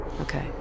okay